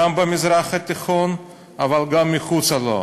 גם במזרח התיכון אבל גם מחוצה לו,